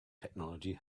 technology